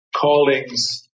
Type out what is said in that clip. callings